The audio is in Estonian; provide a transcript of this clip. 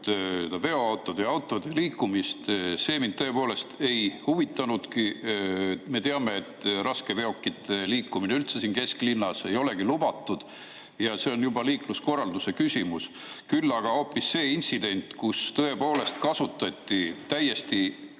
veoautode ja autode liikumist. See mind tõepoolest ei huvitanudki. Me teame, et raskeveokite liikumine üldse siin kesklinnas ei olegi lubatud ja see on juba liikluskorralduse küsimus. Küll aga oli intsident, kus tõepoolest kasutati täiesti